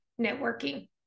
networking